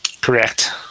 Correct